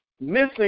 missing